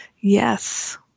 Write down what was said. yes